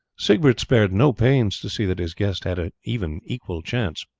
siegbert spared no pains to see that his guest had an even equal chance.